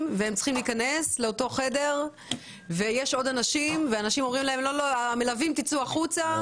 והם צריכים להיכנס לאותו חדר בו יש עוד אנשים שאומרים למלווים לצאת החוצה.